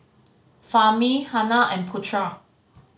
Fahmi Hana and Putera